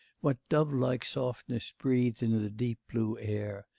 what dovelike softness breathed in the deep-blue air!